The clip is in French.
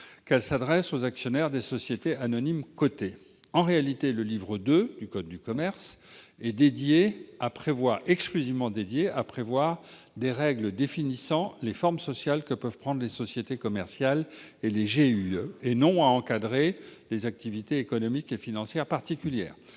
qu'elles s'adressent aux actionnaires des sociétés anonymes cotées. En réalité, le livre II du code de commerce est exclusivement dédié à prévoir des règles définissant les formes sociales que peuvent prendre les sociétés commerciales et les groupements d'intérêt économique, et non à encadrer des activités économiques et financières particulières.